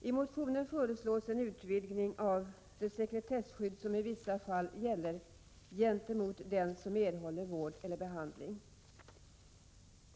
I motionen föreslås en utvidgning av det sekretesskydd som i vissa fall gäller gentemot den som erhåller vård eller behandling.